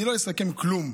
אני לא אסכם כלום,